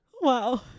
Wow